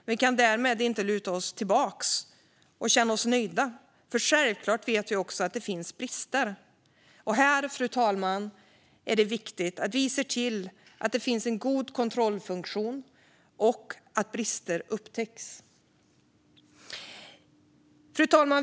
Men vi kan därmed inte luta oss tillbaka och känna oss nöjda. För självklart vet vi också att det finns brister. Och här, fru talman, är det viktigt att vi ser till att det finns en god kontrollfunktion och att brister upptäcks. Fru talman!